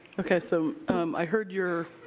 okay, so i heard your